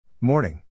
Morning